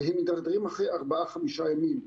והם מדרדרים אחרי ארבעה חמישה ימים,